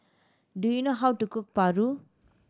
do you know how to cook paru